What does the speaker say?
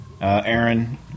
Aaron